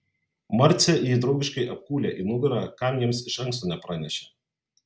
marcė jį draugiškai apkūlė į nugarą kam jiems iš anksto nepranešė